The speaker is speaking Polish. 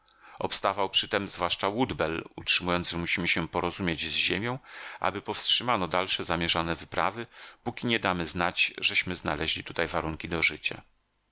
armatę obstawał przytem zwłaszcza woodbell utrzymując że musimy się porozumieć z ziemią aby powstrzymano dalsze zamierzone wyprawy póki nie damy znać żeśmy znaleźli tutaj warunki do życia